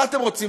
מה אתם רוצים,